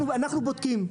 אנחנו בודקים,